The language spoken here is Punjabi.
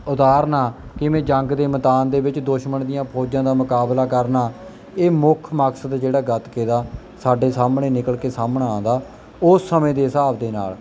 ਉਤਾਰਨਾ ਕਿਵੇਂ ਜੰਗ ਦੇ ਮੈਦਾਨ ਦੇ ਵਿੱਚ ਦੁਸ਼ਮਣ ਦੀਆਂ ਫੌਜਾਂ ਦਾ ਮੁਕਾਬਲਾ ਕਰਨਾ ਇਹ ਮੁੱਖ ਮਕਸਦ ਜਿਹੜਾ ਗੱਤਕੇ ਦਾ ਸਾਡੇ ਸਾਹਮਣੇ ਨਿਕਲ ਕੇ ਸਾਹਮਣਾ ਆਉਂਦਾ ਉਸ ਸਮੇਂ ਦੇ ਹਿਸਾਬ ਦੇ ਨਾਲ